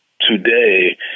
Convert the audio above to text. today